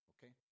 Okay